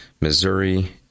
Missouri